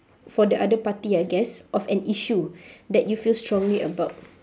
for the other party I guess of an issue that you feel strongly about